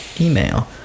email